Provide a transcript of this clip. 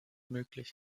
möglich